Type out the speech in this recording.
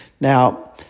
Now